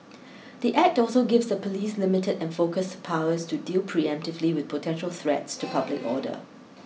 the Act also gives the police limited and focused powers to deal preemptively with potential threats to public order